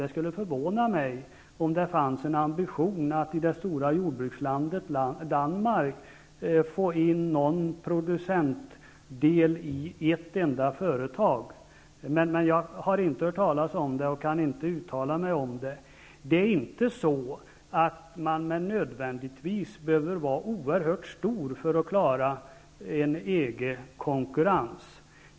Det skulle förvåna mig om det fanns en ambition att i det stora jordbrukslandet Danmark få in något producentområde i ett enda företag. Jag har inte hört talas om det, och jag kan inte uttala mig om det. Det är inte så att man nödvändigtvis behöver vara oerhört stor för att klara en EG-konkurrens.